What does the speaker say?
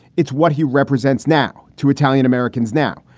it's what he represents now to italian americans. now,